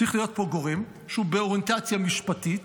צריך להיות פה גורם שהוא באוריינטציה משפטית,